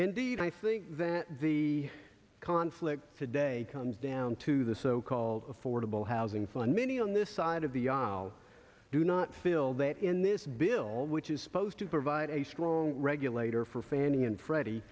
indeed i think that the conflict today comes down to the so called affordable housing fund many on this side of the aisle do not feel that in this bill which is supposed to provide a strong regulator for fannie and